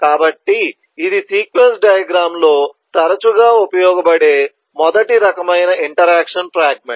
కాబట్టి ఇది sequence diagram లో తరచుగా ఉపయోగించబడే మొదటి రకమైన ఇంటరాక్షన్ ఫ్రాగ్మెంట్